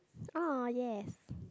!aw! yes